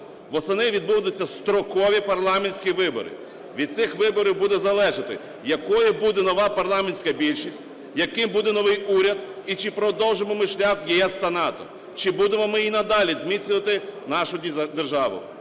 Восени відбудуться строкові парламентські вибори. Від цих виборів буде залежати, якою буде нова парламентська більшість, яким буде новий уряд, і чи продовжимо ми шлях в ЄС та НАТО, чи будемо ми і надалі зміцнювати нашу державу.